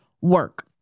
work